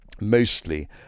mostly